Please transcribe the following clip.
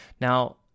Now